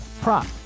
prop